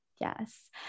Yes